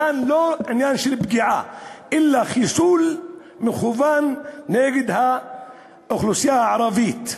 כאן זה לא עניין של פגיעה אלא חיסול מכוון נגד האוכלוסייה הערבית.